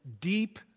deep